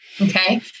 okay